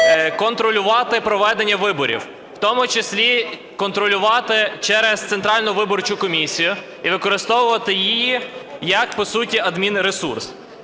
контролювати проведення виборів, в тому числі контролювати через Центральну виборчу комісію і використовувати її як, по суті, адмінресурс.